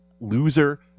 loser